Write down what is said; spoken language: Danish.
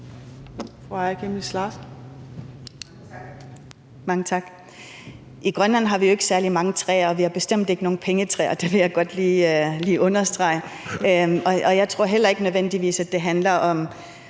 I Grønland har vi jo ikke særlig mange træer, og vi har bestemt ikke nogen pengetræer, det vil jeg godt lige understrege, og jeg tror heller ikke nødvendigvis, at det handler om